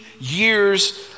years